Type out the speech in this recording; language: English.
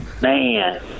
man